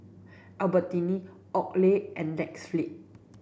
Albertini Oakley and Netflix